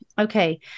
Okay